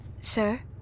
sir